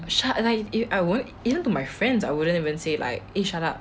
shut like if I won't even to my friends I wouldn't even say like a shut up